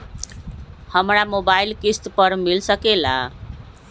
हमरा मोबाइल किस्त पर मिल सकेला?